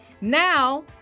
Now